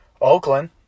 Oakland